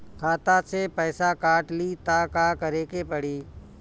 खाता से पैसा काट ली त का करे के पड़ी?